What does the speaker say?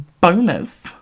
bonus